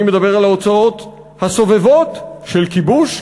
אני מדבר על ההוצאות הסובבות של כיבוש,